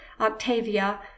octavia